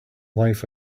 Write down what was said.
life